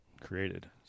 created